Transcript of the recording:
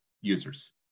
users